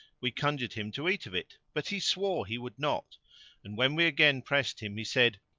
we conjured him to eat of it but he swore he would not and, when we again pressed him, he said,